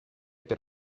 per